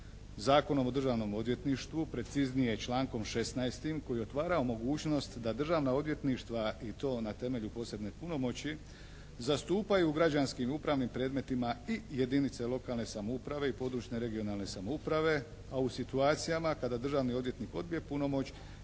Zakonom o Državnom odvjetništvu preciznije člankom 16. koji je otvarao mogućnost da državna odvjetništva i to na temelju posebne punomoći zastupaju u građanskim upravnim predmetima i jedinice lokane samouprave i područne (regionalne) samouprave, a u situacijama kada državni odvjetnik odbije punomoć